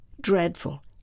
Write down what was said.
dreadful